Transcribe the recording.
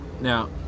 Now